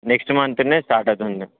next మంత్నే start అవుతుంది